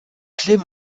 clef